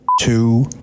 two